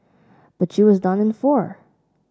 but she was done in four